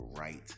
right